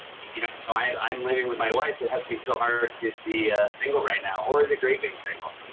you know, i'm living with my wife. it has to be so hard to be single right now. or is it great being single?